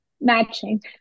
matching